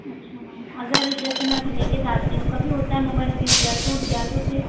अच्छा मैम अगर जैसे मैं अभी ले के जाती हूँ कभी होता है मोबाइल गिर गया टूट गया तो फिर